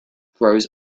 grows